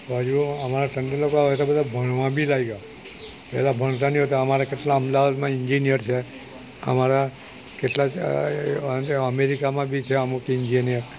પછી અમારા ટંડેલ લોકો હવે તો બધા ભણવા બી લાગ્યા પહેલાં ભણતા નહોતા અમારા કેટલા અમદાવાદમાં ઇન્જીનયર છે અમારા કેટલા એવા અમેરિકામાં બી છે અમુક ઇન્જીનયર